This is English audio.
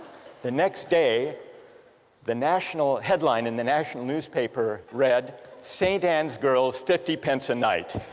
the next day the national headline in the national newspaper read st. anne's girls, fifty pence a night